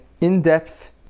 in-depth